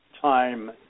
time